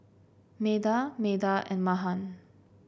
Medha Medha and Mahan